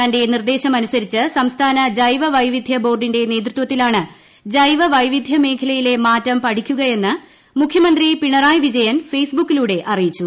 തന്റെ നിർദ്ദേശമനുസരിച്ച് സംസ്ഥാന ജൈവവൈവിധൃ ബോർഡിന്റെ ജൈവ വൈവിധ്യമേഖലയിലെ മാറ്റം പഠിക്കുകയെന്ന് മുഖ്യമന്ത്രി പിണറായി വിജയൻ ഫേസ്ബുക്കിലൂടെ അറിയിച്ചു